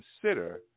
consider